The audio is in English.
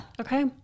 Okay